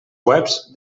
webs